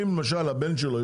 אם למשל הבן שלו,